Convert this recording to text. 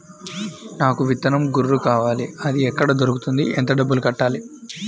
నాకు విత్తనం గొర్రు కావాలి? అది ఎక్కడ దొరుకుతుంది? ఎంత డబ్బులు కట్టాలి?